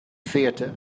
theater